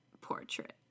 portrait